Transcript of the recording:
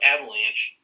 Avalanche